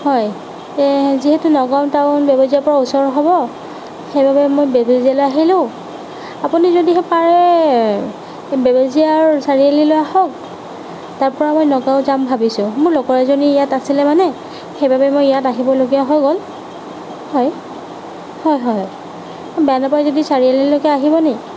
হয় যিহেতু নগাঁও টাউন বেবেজীয়াৰ পৰা ওচৰ হ'ব সেইবাবে মই বেবেজীয়ালৈ আহিলোঁ আপুনি যদিহে পাৰে বেবেজীয়া চাৰিআলিলৈ আহক তাৰ পৰা মই নগাঁও যাম ভাবিছোঁ মোৰ লগৰ এজনী ইয়াত আছিলে মানে সেইবাবে মই ইয়াত আহিবলগীয়া হৈ গ'ল হয় হয় হয় বেয়া নেপায় যদি চাৰিআলিলৈকে আহিবনি